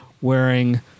wearing